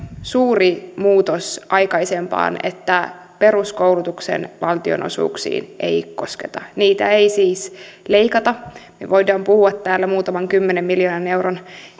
suuri muutos aikaisempaan että peruskoulutuksen valtionosuuksiin ei kosketa niitä ei siis leikata me voimme puhua täällä muutaman kymmenen miljoonan euron